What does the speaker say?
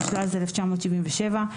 התשל"ז-1977.